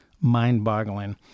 mind-boggling